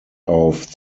auf